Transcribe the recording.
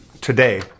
today